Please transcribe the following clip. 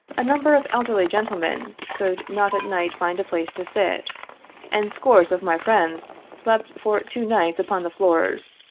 a number of elderly gentlemen could not at night find a place to sit and scores of my friends slept for two nights upon the floors,